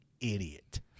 idiot